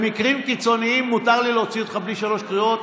במקרים קיצוניים מותר לי להוציא אותך בלי שלוש קריאות.